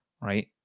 right